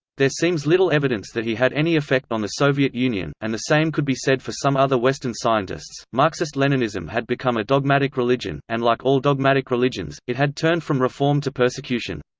there seems little evidence that he had any effect on the soviet union, and the same could be said for some other western scientists. marxist-leninism had become a dogmatic religion, and like all dogmatic religions, it had turned from reform to persecution.